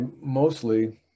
mostly